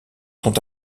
sont